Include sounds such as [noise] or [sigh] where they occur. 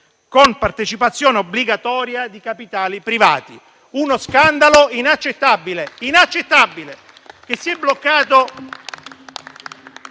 «con partecipazione obbligatoria di capitali privati». Uno scandalo inaccettabile - inaccettabile! [applause]